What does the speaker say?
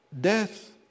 death